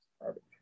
garbage